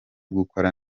gukora